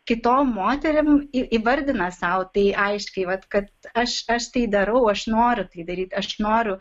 kitom moterim įvardina sau tai aiškiai vat kad aš aš tai darau aš noriu tai daryti aš noriu